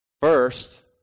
First